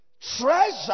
Treasure